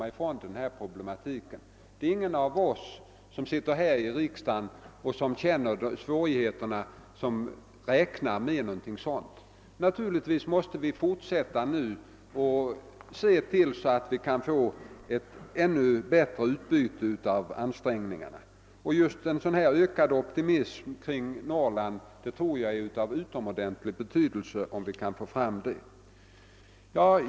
Ingen av oss som sitter här i riksdagen och känner till svårigheterna räknar med något sådant. Vi måste nu se till att vi får ett ännu bättre utbyte av ansträngningarna. Det är av utomordentlig betydelse om vi kan skapa en ökad optimism i Norrlandsfrågorna.